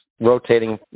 rotating